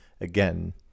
again